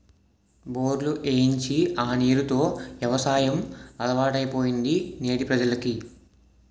బోర్లు ఏయించి ఆ నీరు తో యవసాయం అలవాటైపోయింది నేటి ప్రజలకి